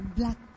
black